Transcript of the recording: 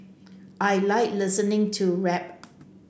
I like listening to rap